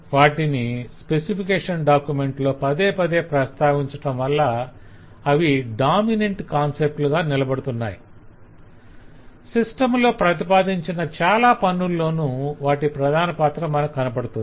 వాటిని specification document లో పదేపదే ప్రస్తావించటం వల్ల అవి డామినెంట్ కాన్సెప్ట్ లుగా నిలబడుతున్నాయి సిస్టం లో ప్రతిపాదించిన చాలా పనుల్లోనూ వాటి ప్రధాన పాత్ర మనకు కనపడుతుంది